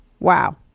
Wow